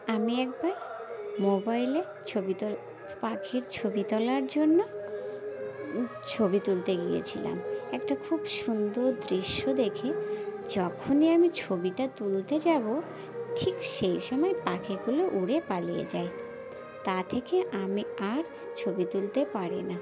আমি একবার মোবাইলে ছবি তোল পাখির ছবি তোলার জন্য ছবি তুলতে গিয়েছিলাম একটা খুব সুন্দর দৃশ্য দেখে যখনই আমি ছবিটা তুলতে যাবো ঠিক সেই সময় পাখিগুলো উড়ে পালিয়ে যাই তা থেকে আমি আর ছবি তুলতে পারি না